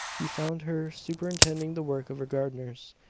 he found her superintending the work of her gardeners.